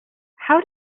how